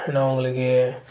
நான் உங்களுக்கு